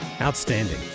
Outstanding